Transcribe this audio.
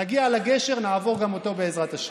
נגיע לגשר, נעבור גם אותו, בעזרת השם.